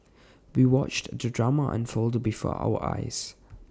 we watched the drama unfold before our eyes